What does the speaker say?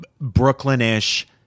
Brooklyn-ish